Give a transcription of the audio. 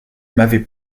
m’avez